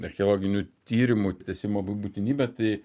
archeologinių tyrimų tęsimo būtinybę tai